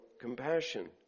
compassion